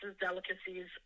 delicacies